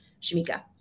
Shamika